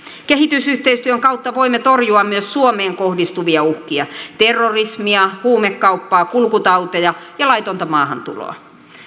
kehitysyhteistyön kautta voimme torjua myös suomeen kohdistuvia uhkia terrorismia huumekauppaa kulkutauteja ja laitonta maahantuloa